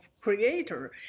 creator